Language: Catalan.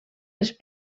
els